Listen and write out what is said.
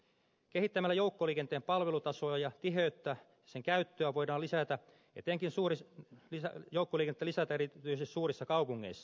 kehittämällä joukkoliikenteen palvelutasoa ja tiheyttä sen käyttöä voidaan lisätä etenkin suurissa kyse on jo kuljetteli säteri viisi suurissa kaupungeissa